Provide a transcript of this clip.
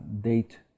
date